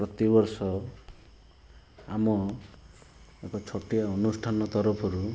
ପ୍ରତିବର୍ଷ ଆମ ଏକ ଛୋଟିଆ ଅନୁଷ୍ଠାନ ତରଫରୁ